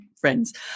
friends